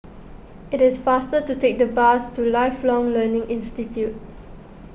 it is faster to take the bus to Lifelong Learning Institute